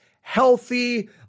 healthy